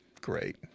great